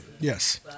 Yes